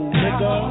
nigga